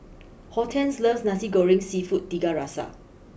Hortense loves Nasi Goreng Seafood Tiga Rasa